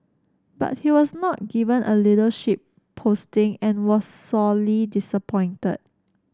but he was not given a leadership posting and was sorely disappointed